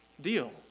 deal